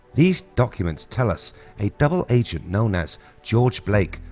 these documents tell us a double agent, known as george blake,